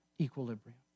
equilibrium